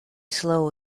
slow